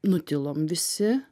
nutilom visi